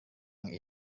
yang